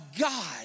God